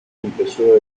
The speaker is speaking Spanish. empezó